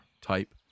type